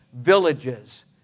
villages